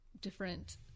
different